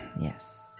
Yes